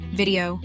video